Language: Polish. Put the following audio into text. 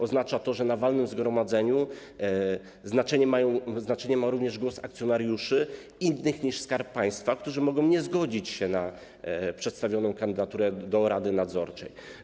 Oznacza to, że na walnym zgromadzeniu znaczenie ma również głos akcjonariuszy innych niż Skarb Państwa, którzy mogą nie zgodzić się na przedstawioną kandydaturę do rady nadzorczej.